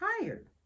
Tired